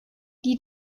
die